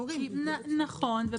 נכון.